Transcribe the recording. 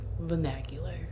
vernacular